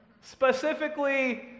Specifically